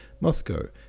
Moscow